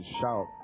shout